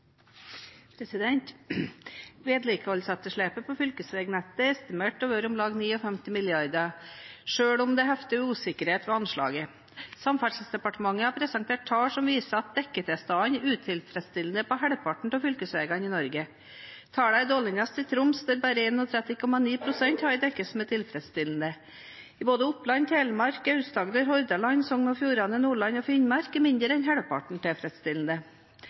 hefter usikkerhet ved anslaget. Samferdselsdepartementet har presentert tall som viser at dekketilstanden er utilfredsstillende på halvparten av fylkesveiene i Norge. Tallene er dårligst i Troms, der bare 31,9 pst. har et dekke som regnes som tilfredsstillende. I både Oppland, Telemark, Aust-Agder, Hordaland, Sogn og Fjordane, Nordland og Finnmark er mindre enn halvparten tilfredsstillende.